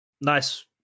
Nice